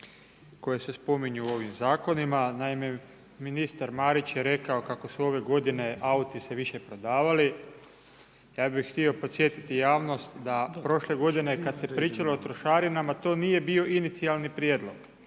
koje se spominju u ovim zakonima. Naime ministar Marić je rekao kako su se ove godine auti više prodavali. Ja bih htio podsjetiti javnost da prošle godine kad se pričalo o trošarinama to nije bio inicijalni prijedlog,